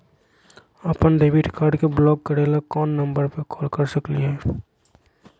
अपन debit card के block करे ला कौन नंबर पे कॉल कर सकली हई?